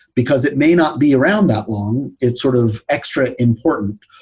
because it may not be around that long. it's sort of extra important.